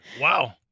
Wow